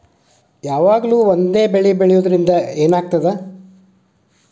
ಯಾವಾಗ್ಲೂ ಒಂದೇ ಬೆಳಿ ಬೆಳೆಯುವುದರಿಂದ ಏನ್ ಆಗ್ತದ?